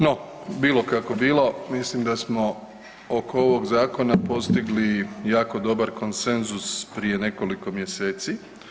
No, bilo kako bilo, mislim da smo oko ovog zakona postigli jako dobar konsenzus prije nekoliko mjeseci.